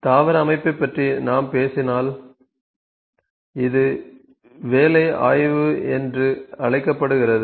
தாவர அமைப்பைப் பற்றி நாம் பேசினால் இது வேலை ஆய்வு என்று அழைக்கப்படுகிறது